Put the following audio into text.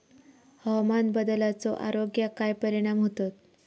हवामान बदलाचो आरोग्याक काय परिणाम होतत?